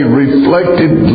reflected